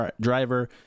driver